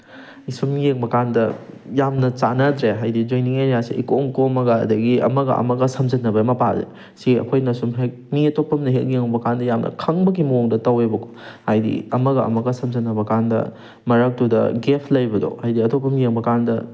ꯁꯨꯝ ꯌꯦꯡꯕ ꯀꯥꯟꯗ ꯌꯥꯝꯅ ꯆꯥꯅꯗ꯭ꯔꯦ ꯍꯥꯏꯗꯤ ꯖꯣꯏꯟꯅꯤꯡ ꯑꯦꯔꯤꯌꯥꯁꯤ ꯏꯀꯣꯝ ꯀꯣꯝꯃꯒ ꯑꯗꯒꯤ ꯑꯃꯒ ꯑꯃꯒ ꯁꯝꯖꯟꯅꯕ ꯃꯄꯥꯁꯦ ꯁꯤ ꯑꯩꯈꯣꯏꯅ ꯁꯨꯝ ꯍꯦꯛ ꯃꯤ ꯑꯇꯣꯞꯄꯝꯅ ꯍꯦꯛ ꯌꯦꯡꯕ ꯀꯥꯟꯗ ꯌꯥꯝꯅ ꯈꯪꯕꯒꯤ ꯃꯑꯣꯡꯗ ꯇꯧꯋꯦꯕꯀꯣ ꯍꯥꯏꯗꯤ ꯑꯃꯒ ꯑꯃꯒ ꯁꯝꯖꯟꯅꯕ ꯀꯥꯟꯗ ꯃꯔꯛꯇꯨꯗ ꯒꯦꯞ ꯂꯦꯕꯗꯣ ꯍꯥꯏꯗꯤ ꯑꯇꯣꯞꯄꯝꯅ ꯌꯦꯡꯕꯀꯥꯟꯗ